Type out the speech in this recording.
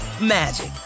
magic